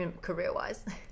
career-wise